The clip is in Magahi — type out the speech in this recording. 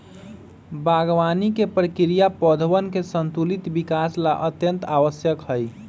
बागवानी के प्रक्रिया पौधवन के संतुलित विकास ला अत्यंत आवश्यक हई